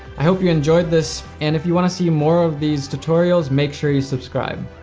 i hope you enjoyed this, and if you want to see more of these tutorials, make sure you subscribe.